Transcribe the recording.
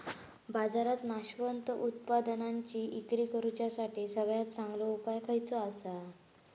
बाजारात नाशवंत उत्पादनांची इक्री करुच्यासाठी सगळ्यात चांगलो उपाय खयचो आसा?